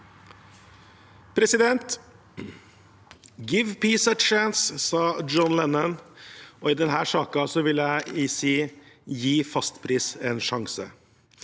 for sa- ken): «Give Peace a Chance», sa John Lennon, og i denne saken vil jeg si: Gi fastpris en sjanse.